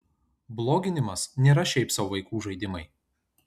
bloginimas nėra šiaip sau vaikų žaidimai